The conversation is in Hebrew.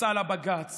פסל הבג"ץ